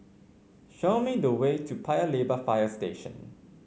show me the way to Paya Lebar Fire Station